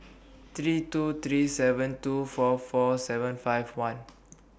three two three seven two four four seven five one